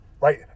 right